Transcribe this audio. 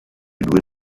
due